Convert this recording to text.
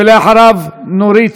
ואחריו, נורית